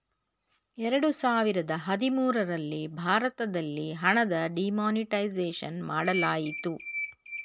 ಎರಡು ಸಾವಿರದ ಹದಿಮೂರಲ್ಲಿ ಭಾರತದಲ್ಲಿ ಹಣದ ಡಿಮಾನಿಟೈಸೇಷನ್ ಮಾಡಲಾಯಿತು